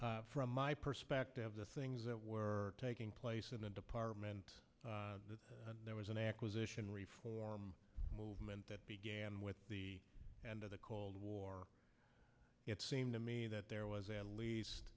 from my perspective the things that were taking place in the department that there was an acquisition reform movement that began with the end of the cold war it seemed to me that there was at